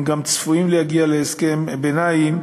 גם צפוי שהם יגיעו להסכם ביניים,